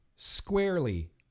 squarely